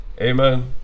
Amen